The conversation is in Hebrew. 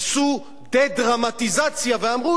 עשו דה-דרמטיזציה ואמרו,